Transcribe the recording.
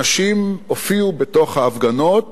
נשים הופיעו בתוך ההפגנות